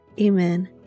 Amen